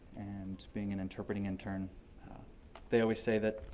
and being an interpreting intern they always say that